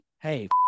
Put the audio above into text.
Hey